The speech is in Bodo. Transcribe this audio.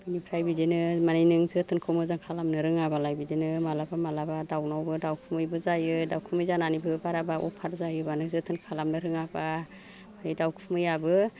बिनिफ्राय बिदिनो माने नों जोथोनखौ मोजां खालामनो रोङाबालाय बिदिनो मालाबा मालाबा दाउनावबो दावखुमैबो जायो दावखुमै जानानैबो बाराबा अफार जायोबा नों जोथोन खालामनो रोङाबा बे दावखुमैआबो